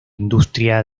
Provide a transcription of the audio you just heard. industria